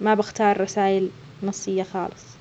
ما بختار رسايل نصية خالص.